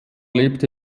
lebte